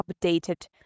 updated